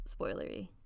spoilery